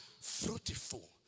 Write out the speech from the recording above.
Fruitful